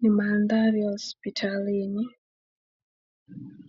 Ni mandhari ya hospitalini.